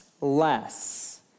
Less